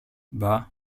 μπα